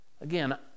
Again